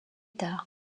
tard